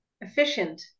efficient